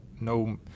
no